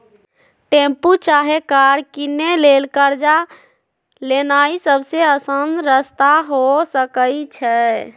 tempo चाहे car किनै लेल कर्जा लेनाइ सबसे अशान रस्ता हो सकइ छै